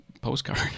postcard